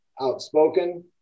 outspoken